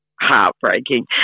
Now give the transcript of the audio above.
heartbreaking